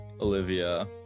Olivia